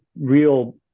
real